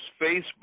Facebook